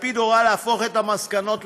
לפיד הורה להפוך את המסקנות לחוק.